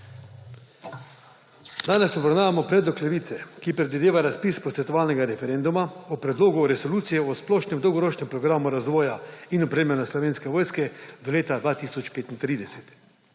Danes obravnavamo predlog Levice, ki predvideva razpis posvetovalnega referenduma o Predlogu resolucije o splošnem dolgoročnem programu razvoja in opremljanja Slovenske vojske do leta 2035.